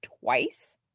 twice